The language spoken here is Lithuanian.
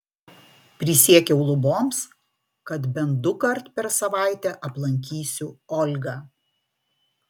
prisiekiau luboms kad bent dukart per savaitę aplankysiu olgą